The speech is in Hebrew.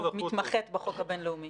שמתמחה בחוק הבין-לאומי.